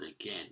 again